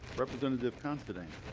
representative considine